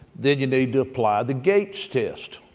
then you need to apply the gates test.